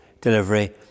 delivery